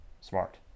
Smart